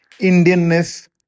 indianness